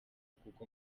kuko